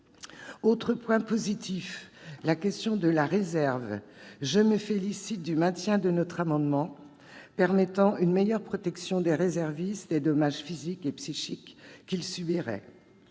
Autre point positif : la question de la réserve. Je me félicite du maintien de notre amendement, qui permet une meilleure protection des réservistes contre les dommages physiques et psychiques qu'ils subiraient.